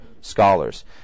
scholars